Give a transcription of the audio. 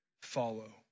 follow